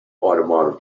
automotive